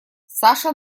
саша